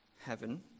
heaven